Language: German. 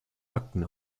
akten